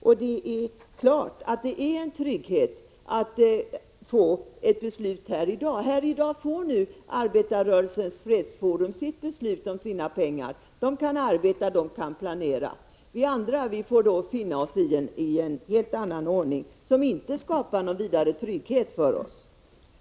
Det är klart att det är en trygghet att få ett beslut här i dag. Här i dag får Arbetarrörelsens fredsforum ett beslut om sina pengar. Man kan då arbeta och planera. Vi andra får finna oss i en helt annan ordning, som inte skapar någon vidare trygghet för oss.